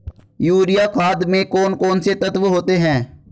Urea खाद में कौन कौन से तत्व होते हैं?